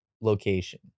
location